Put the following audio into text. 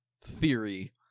theory